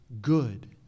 good